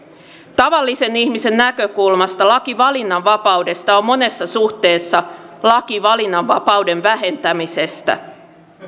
tavallisen ihmisen näkökulmasta laki valinnanvapaudesta on monessa suhteessa laki valinnanvapauden vähentämisestä